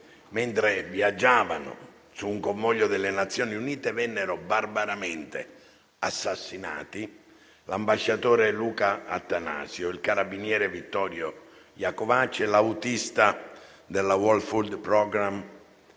mentre viaggiavano su un convoglio delle Nazioni Unite, vennero barbaramente assassinati l'ambasciatore Luca Attanasio, il carabiniere Vittorio Iacovacci e l'autista del World food programme